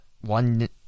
one